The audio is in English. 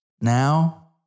Now